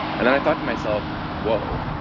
and then i thought to myself, well,